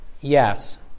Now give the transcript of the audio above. yes